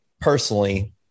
personally